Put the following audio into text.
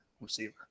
receiver